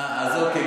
אוקיי.